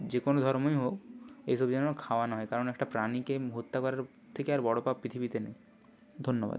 যে কোনো ধর্মই হোক এসব যেন খাওয়া না হয় কারণ একটা প্রাণীকে হত্যা করার থেকে আর বড়ো পাপ পৃথিবীতে নেই ধন্যবাদ